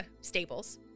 stables